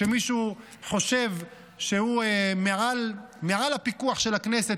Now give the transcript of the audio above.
כשמישהו חושב שהוא מעל הפיקוח של הכנסת,